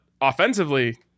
offensively